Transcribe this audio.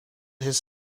his